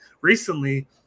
recently